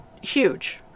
huge